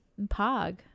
Pog